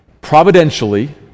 Providentially